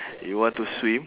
you want to swim